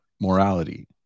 morality